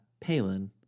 Palin